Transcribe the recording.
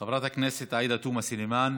חברת הכנסת עאידה תומא סלימאן,